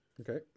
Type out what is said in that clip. Okay